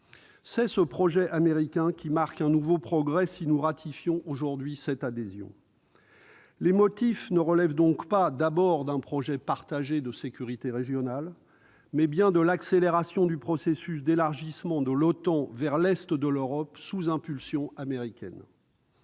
C'est ce projet américain qui enregistrera un nouveau progrès si nous ratifions aujourd'hui cette adhésion, dont le ressort principal ne relève donc pas d'un projet partagé de sécurité régionale, mais bien de l'accélération du processus d'élargissement de l'OTAN vers l'est de l'Europe, sous impulsion américaine.